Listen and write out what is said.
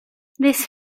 this